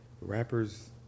rappers